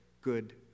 good